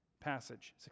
passage